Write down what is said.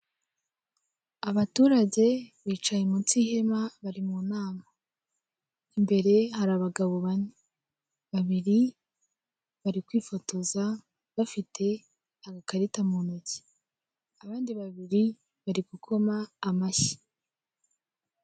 Abaturage bicaye munsi y'ihema bari munama imbere hari abagabo bane, babiri bari kwifotoza bafite agakarita muntoki, abandi babiri bari gukoma amashyi.